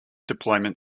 deployment